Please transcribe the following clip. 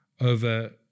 over